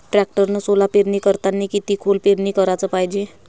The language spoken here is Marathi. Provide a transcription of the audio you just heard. टॅक्टरनं सोला पेरनी करतांनी किती खोल पेरनी कराच पायजे?